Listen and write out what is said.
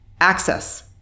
access